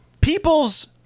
people's